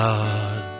God